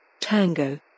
Tango